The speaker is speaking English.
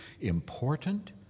important